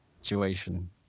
situation